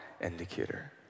indicator